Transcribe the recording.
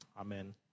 Amen